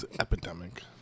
epidemic